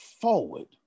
forward